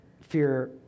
fear